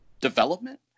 development